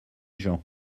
gens